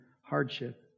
hardship